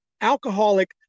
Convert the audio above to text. alcoholic